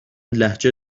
لهجه